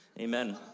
Amen